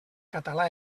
català